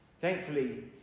Thankfully